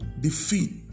defeat